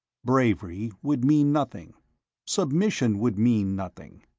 bravery would mean nothing submission would mean nothing.